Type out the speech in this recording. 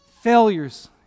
failures